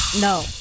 no